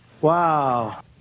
Wow